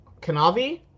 Kanavi